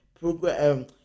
program